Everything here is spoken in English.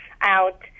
out